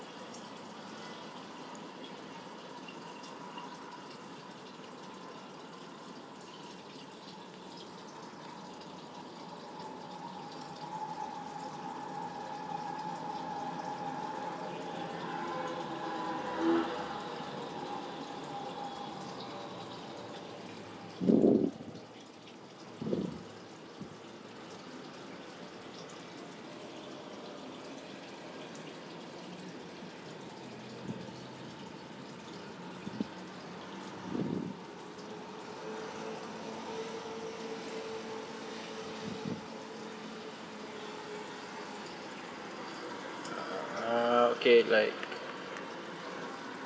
uh okay like